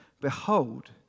Behold